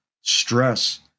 stress